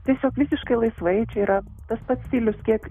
tiesiog visiškai laisvai čia yra tas pats stilius kiek